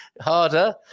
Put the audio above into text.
harder